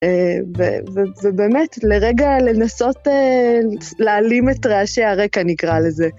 ובאמת לרגע לנסות להעלים את רעשי הרקע נקרא לזה.